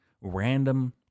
random